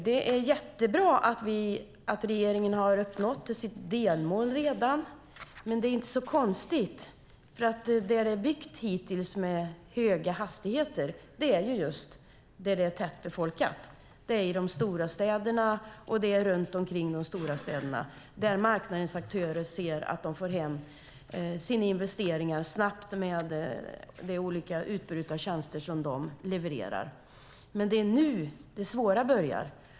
Det är jättebra att regeringen redan har uppnått sitt delmål, men det är inte så konstigt. Där det är byggt hittills med höga hastigheter är ju just där det är tätt befolkat. Det är i de stora städerna, och det är runt omkring de stora städerna, där marknadens aktörer ser att de snabbt får hem sina investeringar med det utbud av olika tjänster som de levererar. Det är nu det svåra börjar.